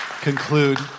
conclude